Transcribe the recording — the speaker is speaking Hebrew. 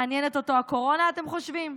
מעניינת אותו הקורונה, אתם חושבים?